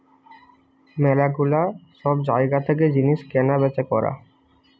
ম্যালা গুলা সব জায়গা থেকে জিনিস কেনা বেচা করা